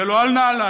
ולא על נעליים,